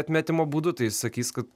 atmetimo būdu tai sakys kad